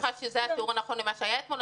אני לא בטוחה שזה התיאור הנכון למה שהיה אתמול.